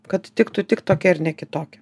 kad tiktų tik tokia ir ne kitokia